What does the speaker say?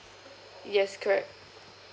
yes correct